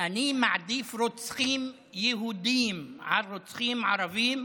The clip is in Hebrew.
אני מעדיף רוצחים יהודים על רוצחים ערבים,